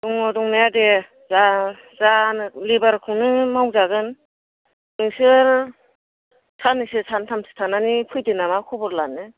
दङ दंनाया दे दा लेबार खौनो मावजागोन नोंसोर साननैसो सानथामसो थानानै फैदो नामा खबर लानो